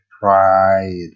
pride